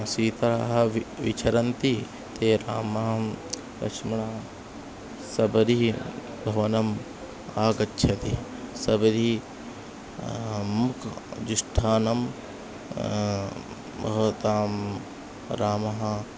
सीताः वि विचरन्ति ते रामं लक्ष्मणः शबरी भवनम् आगच्छति शबरी मुख इष्टं भवतां रामः